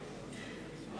מה